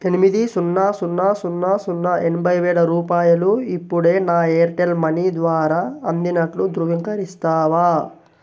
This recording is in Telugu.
ఎనిమిది సున్నా సున్నా సున్నా సున్నా ఎనభై వేల రూపాయలు ఇప్పుడే నా ఎయిర్టెల్ మనీ ద్వారా అందినట్లు ధృవీకరిస్తావా